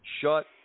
shut